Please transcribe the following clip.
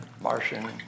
Martian